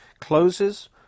closes